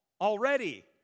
already